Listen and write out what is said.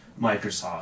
Microsoft